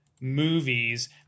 movies –